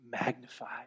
magnified